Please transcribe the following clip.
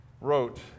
wrote